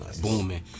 Booming